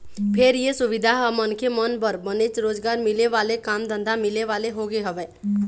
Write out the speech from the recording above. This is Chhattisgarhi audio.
फेर ये सुबिधा ह मनखे मन बर बनेच रोजगार मिले वाले काम धंधा मिले वाले होगे हवय